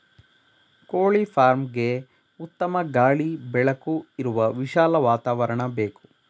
ಕೋಳಿ ಫಾರ್ಮ್ಗೆಗೆ ಉತ್ತಮ ಗಾಳಿ ಬೆಳಕು ಇರುವ ವಿಶಾಲ ವಾತಾವರಣ ಬೇಕು